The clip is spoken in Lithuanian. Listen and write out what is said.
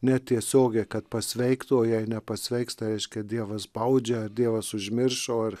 netiesiogiai kad pasveiktų o jei nepasveiks tai reiškia dievas baudžia ar dievas užmiršo ar